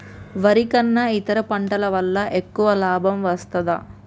వరి కన్నా ఇతర పంటల వల్ల ఎక్కువ లాభం వస్తదా?